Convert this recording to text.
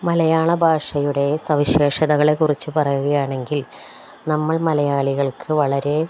മലയാള ഭാഷയുടെ സവിശേഷതകളെ കുറിച്ച് പറയുകയാണെങ്കിൽ നമ്മൾ മലയാളികൾക്ക് വളരെ